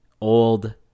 old